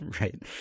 Right